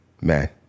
Man